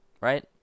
right